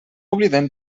oblidem